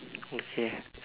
okay